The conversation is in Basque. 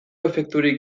efekturik